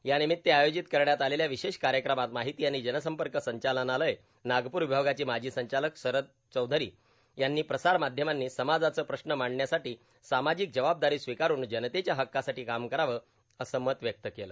या निमित्त आयोजित करण्यात आलेल्या विशेष कार्यक्रमात माहिती आणि जनसंपर्क संचालनालय नागप्र विभागाचे माजी संचालक शरद चैधरी यांनी प्रसारमाध्यमांनी समाजाचे प्रश्न मांडण्यासाठी सामाजिक जबाबदारी स्वीकारून जनतेच्या हक्कांसाठी काम करावं असं मत व्यक्त केलं